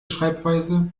schreibweise